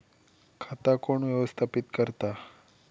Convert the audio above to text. खाता कोण व्यवस्थापित करता?